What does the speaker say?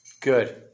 Good